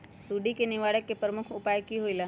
सुडी के निवारण के प्रमुख उपाय कि होइला?